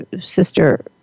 sister